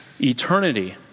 eternity